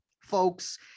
folks